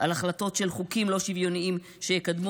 על החלטות וחוקים לא שוויוניים שיקדמו